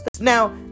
Now